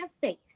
face